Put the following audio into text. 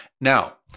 now